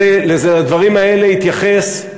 לדברים האלה התייחס,